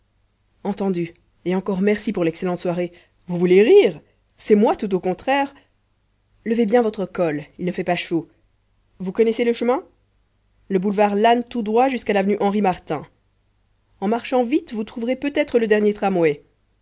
entendu et encore merci pour l'excellente soirée vous voulez rire c'est moi tout au contraire levez bien votre col il ne fait pas chaud vous connaissez le chemin le boulevard lannes tout droit jusqu'à l'avenue henri martin en marchant vite vous trouverez peut-être le dernier tramway